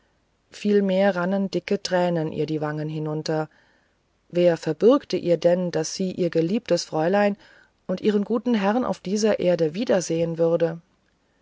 vielmehr rannen dicke tränen ihr die wangen hinunter wer verbürge ihr denn daß sie ihr geliebtes fräulein und ihren guten herrn auf dieser erde wiedersehen würde